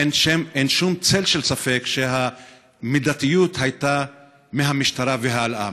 אין שום צל של ספק שהמידתיות הייתה מהמשטרה והלאה,